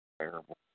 Terrible